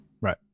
right